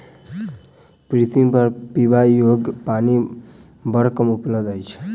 पृथ्वीपर पीबा योग्य पानि बड़ कम उपलब्ध अछि